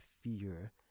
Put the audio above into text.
fear